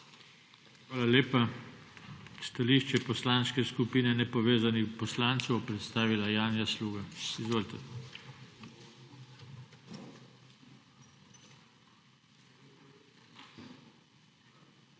Hvala lepa. Stališče Poslanske skupine nepovezanih poslancev bo predstavila Janja Sluga. Izvolite. JANJA SLUGA